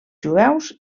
jueus